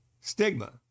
Stigma